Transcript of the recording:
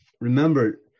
Remember